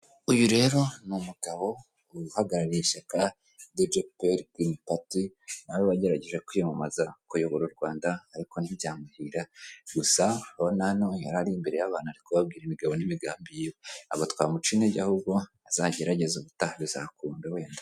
Uyu rero ni umugabo uhagarariye ishyaka rya girini pati na we wagerageje kwiyamamariza kuyobora u Rwanda ariko ntibyamuhira, gusa urabona hano yarari imbere y'abantu ari kubabwira imigabo n'imigambi yiwe, ntabwo twamuca intege ahubwo azagerageze ubutaha bizakunda wenda.